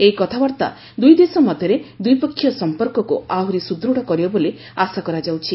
ଏହି କଥାବାର୍ତ୍ତା ଦୁଇ ଦେଶ ମଧ୍ୟରେ ଦ୍ୱିପକ୍ଷିୟ ସମ୍ପର୍କକୁ ଆହୁରି ସୁଦୃଢ଼ କରିବ ବୋଲି ଆଶା କରାଯାଉଛି